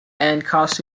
costumes